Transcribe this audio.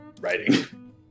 writing